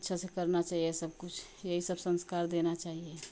अच्छा से करना चाहिए सब कुछ यही सब संस्कार देना चाहिए